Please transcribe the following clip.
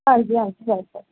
ਹਾਂਜੀ ਹਾਂਜੀ ਹੈਗਾ